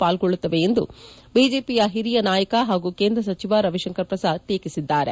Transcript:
ಪಾಲ್ಗೊಳ್ಳುತ್ತವೆ ಎಂದು ಬಿಜೆಪಿಯ ಹಿರಿಯ ನಾಯಕ ಹಾಗೂ ಕೇಂದ್ರ ಸಚಿವ ರವಿಶಂಕರ್ ಪ್ರಸಾದ್ ಟೀಕಿಸಿದ್ದಾರೆ